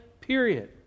period